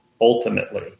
ultimately